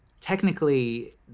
Technically